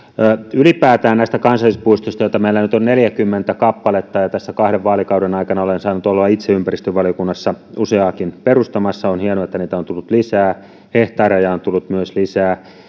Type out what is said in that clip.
ylipäätään näistä kansallispuistoista joita meillä nyt on neljäkymmentä kappaletta tässä kahden vaalikauden aikana olen saanut olla itse ympäristövaliokunnassa useaakin perustamassa ja on hienoa että niitä on tullut lisää hehtaareja on myös tullut lisää